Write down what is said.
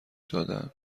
دادن